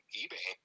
eBay